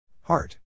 Heart